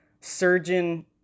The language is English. surgeon